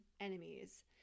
enemies